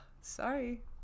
Sorry